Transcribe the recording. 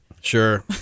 Sure